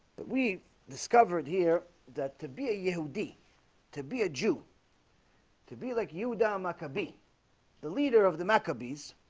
but we discovered here that to be a yo d to be a jew to be like you down maka be the leader of the maccabees